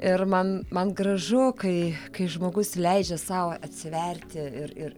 ir man man gražu kai kai žmogus leidžia sau atsiverti ir ir